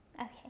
okay